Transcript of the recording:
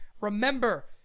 Remember